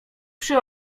przy